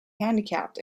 handicapped